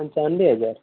पहचान लिया क्या